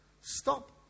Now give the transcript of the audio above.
Stop